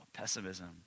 Pessimism